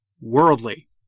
worldly